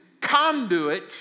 conduit